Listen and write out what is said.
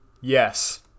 Yes